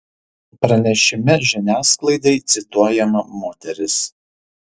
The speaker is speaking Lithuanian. pranešime žiniasklaidai cituojama moteris